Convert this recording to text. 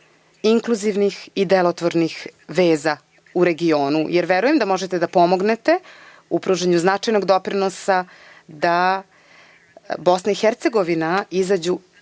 inkluzivnih i delotvornih veza u regionu, jer verujem da možete da pomognete u pružanju značajnog doprinosa da Bosna i Hercegovina izađu